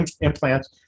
implants